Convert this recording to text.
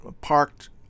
parked